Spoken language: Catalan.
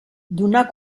donar